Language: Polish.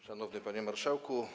Szanowny Panie Marszałku!